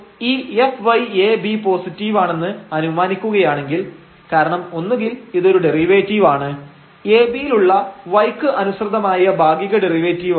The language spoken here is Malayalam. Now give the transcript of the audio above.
അപ്പോൾ ഈ fyab പോസിറ്റീവ് ആണെന്ന് അനുമാനിക്കുകയാണെങ്കിൽ കാരണം ഒന്നുകിൽ ഇതൊരു ഡെറിവേറ്റീവാണ് ab യിലുള്ള y ക്ക് അനുസൃതമായ ഭാഗിക ഡെറിവേറ്റീവാണ്